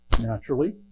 naturally